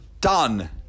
done